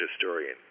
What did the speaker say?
historian